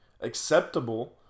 acceptable